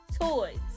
toys